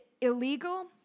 illegal